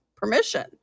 Permission